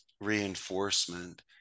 reinforcement